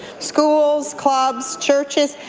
schools, clubs, churches,